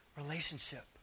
relationship